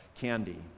Candy